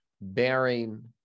bearing